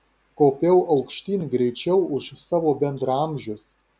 kopiau aukštyn greičiau už savo bendraamžius